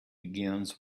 begins